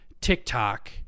TikTok